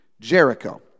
Jericho